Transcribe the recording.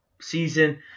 season